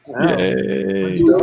Yay